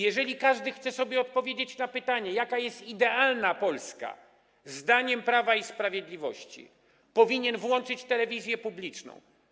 Jeżeli każdy chce sobie odpowiedzieć na pytanie, jaka jest idealna Polska zdaniem Prawa i Sprawiedliwości, powinien włączyć telewizję publiczną.